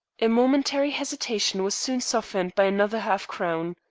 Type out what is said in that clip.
a momentary hesitation was soon softened by another half-crown.